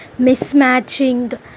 mismatching